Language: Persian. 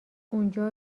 اونجا